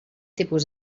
tipus